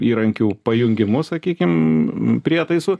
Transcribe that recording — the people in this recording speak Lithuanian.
įrankių pajungimu sakykim prietaisų